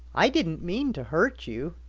i didn't mean to hurt you